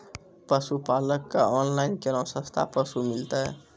पशुपालक कऽ ऑनलाइन केना सस्ता पसु मिलतै?